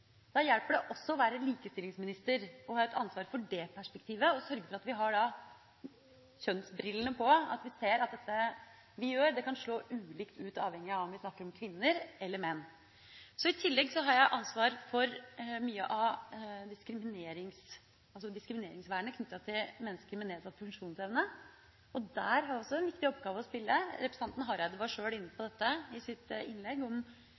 Da hjelper det også å være likestillingsminister og ha et ansvar for det perspektivet, og sørge for at vi da har kjønnsbrillene på og ser at det vi gjør, kan slå ulikt ut avhengig av om vi snakker om kvinner eller menn. I tillegg har jeg ansvar for mye av diskrimineringsvernet knyttet til mennesker med nedsatt funksjonsevne. Der har jeg også en viktig rolle å spille. Representanten Hareide var sjøl inne på dette i sitt innlegg.